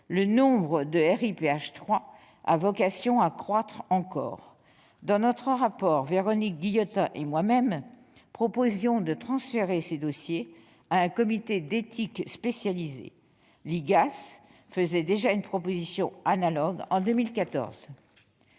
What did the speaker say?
le nombre de RIPH 3 a vocation à croître encore. Dans notre rapport, Véronique Guillotin et moi-même proposions de transférer ces dossiers à un comité d'éthique spécialisé. L'Inspection générale